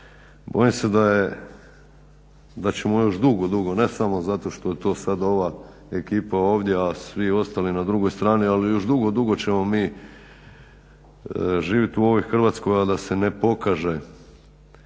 bojim se da ćemo još dugo, dugo ne samo zato što je to sad ova ekipa ovdje a svi ostali na drugoj strani ali još dugo, dugo ćemo mi živjeti u ovoj Hrvatskoj a da se ne pokaže